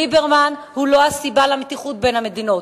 ליברמן הוא לא הסיבה למתיחות בין המדינות.